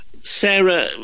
Sarah